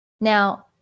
Now